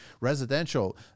residential